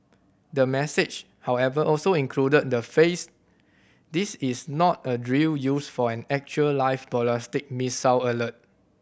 the message however also included the phrase this is not a drill used for an actual live ballistic missile alert